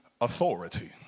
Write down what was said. authority